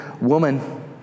woman